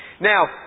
Now